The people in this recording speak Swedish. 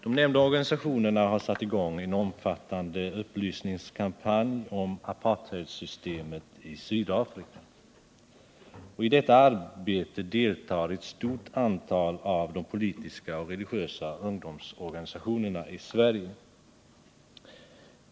De nämnda organisationerna har satt i gång en omfattande upplysningskampanj om apartheidsystemet i Sydafrika. I arbetet deltar ett stort antal av de politiska och religiösa ungdomsorganisationerna i Sverige.